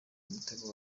mutego